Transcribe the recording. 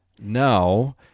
no